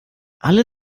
alle